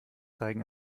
zeigen